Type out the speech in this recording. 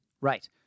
right